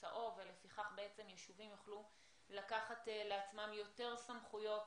צהוב ולפיכך יישובים יוכלו לקחת לעצמם יותר סמכויות,